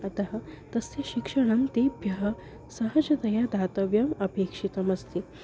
अतः तस्य शिक्षणं तेभ्यः सहजतया दातव्यम् अपेक्षितमस्ति